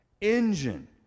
engine